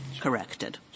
corrected